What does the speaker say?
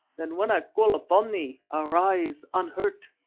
then when i call upon thee, arise unhurt.